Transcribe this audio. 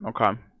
Okay